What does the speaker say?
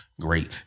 Great